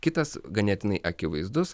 kitas ganėtinai akivaizdus